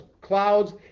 clouds